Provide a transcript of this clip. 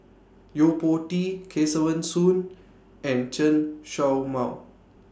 Yo Po Tee Kesavan Soon and Chen Show Mao